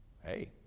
hey